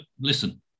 listen